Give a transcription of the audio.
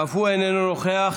אף הוא איננו נוכח,